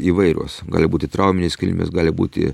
įvairios gali būti trauminės kilmės gali būti